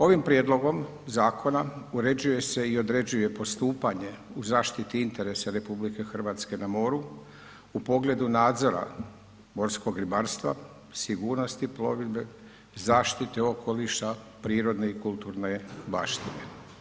Ovim prijedlogom zakona uređuje se i određuje postupanje u zaštiti interesa RH na moru u pogledu nadzora morskog ribarstva, sigurnosti plovidbe i zaštiti okoliša, prirodne i kulturne baštine.